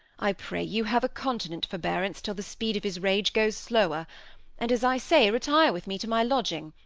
i pray you have a continent forbearance till the speed of his rage goes slower and, as i say, retire with me to my lodging,